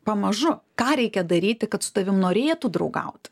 pamažu ką reikia daryti kad su tavim norėtų draugauti